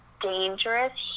dangerous